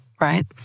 right